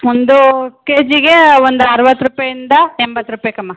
ಒಂದು ಕೆ ಜಿಗೆ ಒಂದು ಅರುವತ್ತು ರೂಪಾಯಿಂದ ಎಂಬತ್ತು ರೂಪಾಯಿ ಕಮ್ಮ